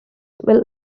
will